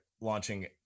launching